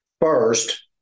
First